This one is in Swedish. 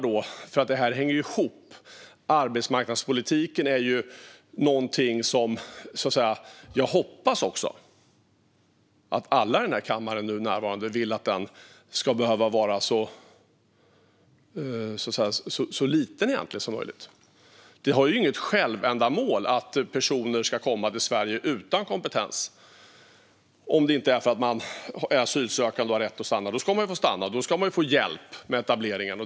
Detta hänger ju ihop. Jag hoppas att alla som nu är närvarande i denna kommare vill att behovet av arbetsmarknadspolitiken ska vara så litet som möjligt. Det är ju inget självändamål att personer ska komma till Sverige utan kompetens, om det inte är så att de är asylsökande och har rätt att stanna; då ska de få stanna och få hjälp med etableringen.